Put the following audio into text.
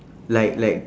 like like